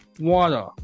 Water